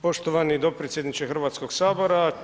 Poštovani potpredsjedniče Hrvatskog sabora.